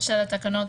של התקנות,